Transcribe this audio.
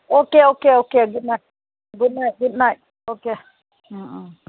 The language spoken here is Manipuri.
okay okay okay good night good night good night okay um um